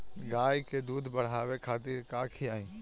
गाय के दूध बढ़ावे खातिर का खियायिं?